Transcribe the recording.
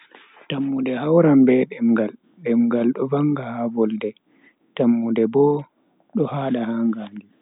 Tammunde hauran be demngal, demngal do vanga ha volde, tammunde bo do haada ha ngandi.